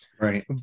Right